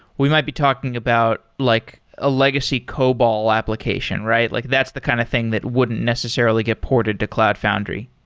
we might be talking about like a legacy cobol application, right? like that's the kind of thing that wouldn't necessarily get ported to cloud foundry.